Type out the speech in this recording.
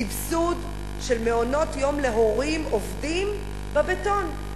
סבסוד של מעונות-יום להורים עובדים, בבטון.